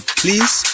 please